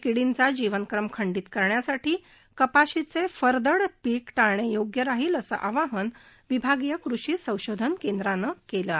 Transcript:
किडींचा जीवनक्रम खंडित करण्यासाठी कपाशीचे फरदड टाळनेच योग्य राहील असं आवाहन विभागीय कृषी संशोधन केंद्रानं केलं आहे